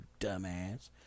dumbass